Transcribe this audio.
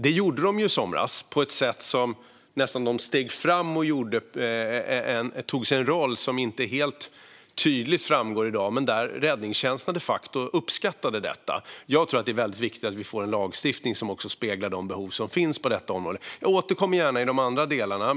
Det gjordes i somras; MSB steg fram och tog en roll som inte helt tydligt framgår i dag, men räddningstjänsten uppskattade de facto detta. Jag tror att det är viktigt att vi får en lagstiftning som speglar de behov som finns på detta område. Jag återkommer gärna i de andra delarna.